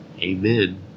Amen